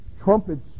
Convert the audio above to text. trumpets